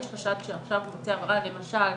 יש חשד שהוא עכשיו מבצע עבירה למשל,